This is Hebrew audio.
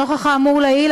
נוכח האמור לעיל,